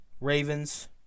Ravens